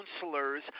counselors